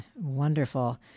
Wonderful